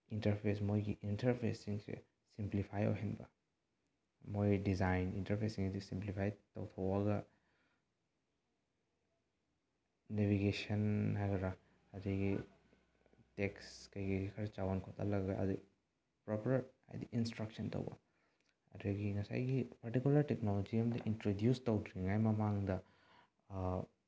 interface ꯃꯣꯏꯒꯤ ꯏꯟꯇꯔꯐꯦꯁꯁꯤꯡꯁꯦ simplify ꯑꯣꯏꯍꯟꯕ ꯃꯣꯏ ꯗꯤꯖꯥꯏꯟ ꯏꯟꯇꯔꯐꯦꯁꯁꯤꯡꯁꯤ ꯁꯤꯝꯄ꯭ꯂꯤꯐꯥꯏ ꯇꯧꯊꯣꯛꯑꯒ ꯅꯦꯕꯤꯒꯦꯁꯟ ꯍꯥꯏꯒꯗ꯭ꯔꯥ ꯑꯗꯒꯤ ꯇꯦꯛꯁ ꯀꯩꯀꯩ ꯈꯔ ꯆꯥꯎꯍꯟ ꯈꯣꯠꯍꯜꯂꯒ ꯑꯗꯤ ꯄ꯭ꯔꯣꯄꯔ ꯍꯥꯏꯗꯤ ꯏꯟꯁꯇ꯭ꯔꯛꯁꯟ ꯇꯧꯕ ꯑꯗꯒꯤ ꯉꯁꯥꯏꯒꯤ ꯄꯥꯔꯇꯤꯀꯨꯂꯔ ꯇꯦꯛꯅꯣꯂꯣꯖꯤ ꯑꯃꯗꯤ ꯏꯟꯇ꯭ꯔꯗ꯭ꯌꯨꯁ ꯇꯧꯗ꯭ꯔꯤꯉꯩ ꯃꯃꯥꯡꯗ